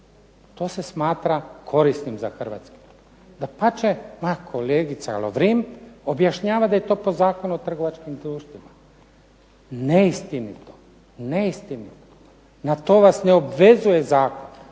To se smatra korisnim za Hrvatsku. Dapače, moja kolegica Lovrin objašnjava da je to po Zakonu o trgovačkim društvima. Neistinito. Na to vas ne obvezuje zakon.